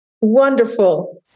Wonderful